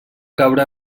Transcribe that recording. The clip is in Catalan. caure